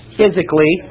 physically